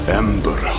ember